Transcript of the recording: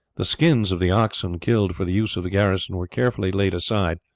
the skins of the oxen killed for the use of the garrison were carefully laid aside,